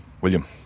William